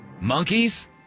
Monkeys